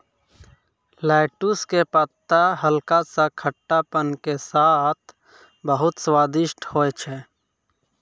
lettuce के पत्ता हल्का सा खट्टापन के साथॅ बहुत स्वादिष्ट होय छै